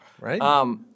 right